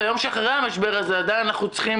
וביום שאחרי המשבר הזה עדיין אנחנו צריכים